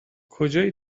کجای